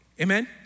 Amen